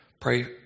Pray